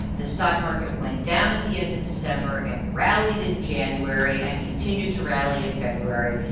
the stock market went down at the end of december and rallied in january and continued to rally in february.